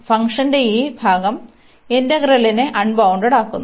ഫംഗ്ഷന്റെ ഈ ഭാഗം ഇന്റഗ്രലിനെ അൺബൌൺണ്ടഡാക്കുന്നു